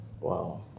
Wow